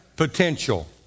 Potential